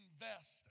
invest